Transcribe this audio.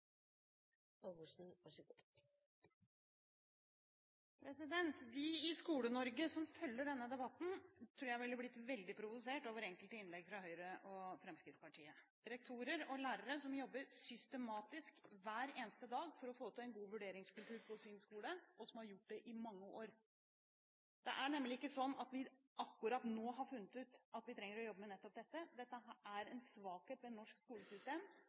De i Skole-Norge som følger denne debatten, tror jeg ville blitt veldig provosert over enkelte innlegg fra Høyre og Fremskrittspartiet. Det er rektorer og lærere som jobber systematisk hver eneste dag for å få til en god vurderingskultur på sin skole, og som har gjort det i mange år. Det er nemlig ikke slik at vi akkurat nå har funnet ut at vi trenger å jobbe med nettopp dette. Dette er en svakhet ved norsk skolesystem